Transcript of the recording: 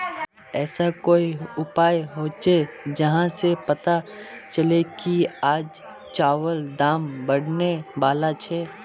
ऐसा कोई उपाय होचे जहा से पता चले की आज चावल दाम बढ़ने बला छे?